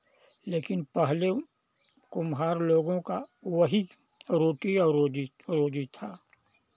लेकिन पहले कुम्हार लोगों का वही रोटी और रोजी रोजी था